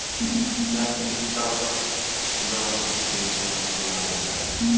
क्या stock broking से ग्राहक को लाभ होता है?